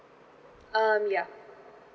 um ya